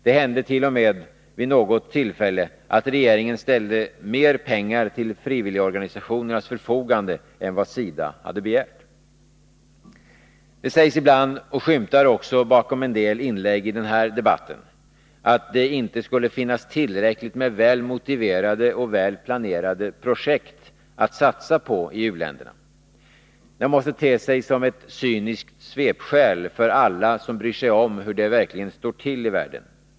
Det hände t.o.m. vid något tillfälle att regeringen ställde mer pengar till frivilligorganisationernas förfogande än vad SIDA hade begärt. Det sägs ibland — och skymtar också bakom en del inlägg i denna debatt — att det inte skulle finnas tillräckligt med väl motiverade och väl planerade projekt att satsa på i u-länderna. Det måste te sig som ett cyniskt svepskäl för alla som bryr sig om hur det verkligen står till i världen.